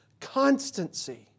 constancy